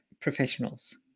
professionals